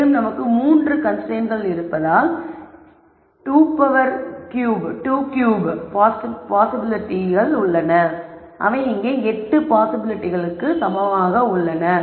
மேலும் நமக்கு 3 கன்ஸ்ரைன்ட்கள் இருப்பதால் 23 பாசிபிலிட்டிகள் உள்ளன அவை இங்கே 8 பாசிபிலிட்டிகளுக்கு சமமாக உள்ளன